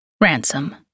Ransom